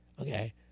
Okay